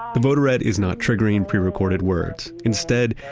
the voderette is not triggering pre-recorded words. instead,